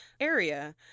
area